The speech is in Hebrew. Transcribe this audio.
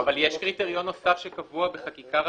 יש קריטריון נוסף שקבוע בחקיקה ראשית,